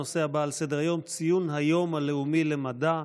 הנושא הבא על סדר-היום, ציון היום הלאומי למדע.